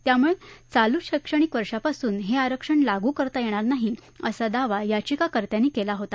त्यामुळे चालू शैक्षणिक वर्षापासून हे आरक्षण लागू करता येणार नाही असा दावा याचिकार्त्यांनी केला होता